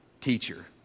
teacher